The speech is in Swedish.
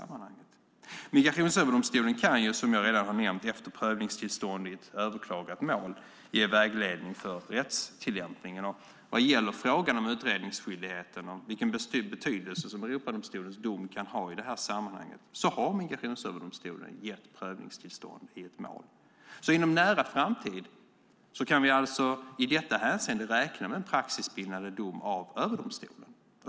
Migrationsöverdomstolen kan, som jag redan har nämnt, efter prövningstillstånd i ett överklagat mål ge vägledning för rättstillämpningen. När det gäller frågan om utredningsskyldighet och vilken betydelse Europadomstolens dom kan ha i det här sammanhanget har Migrationsöverdomstolen gett prövningstillstånd i ett mål. Inom en nära framtid kan vi alltså i detta hänseende räkna med en praxisbindande dom av överdomstolen.